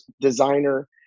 designer